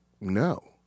no